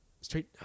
straight